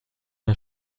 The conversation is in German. der